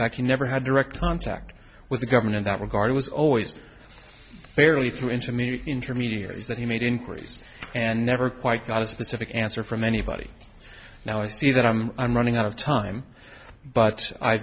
he never had direct contact with the government in that regard it was always fairly through intermediate intermediaries that he made inquiries and never quite got a specific answer from anybody now i see that i'm running out of time but i